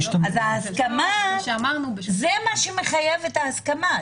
זה מה שמחייב את ההסכמה,